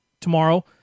tomorrow